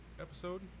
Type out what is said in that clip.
episode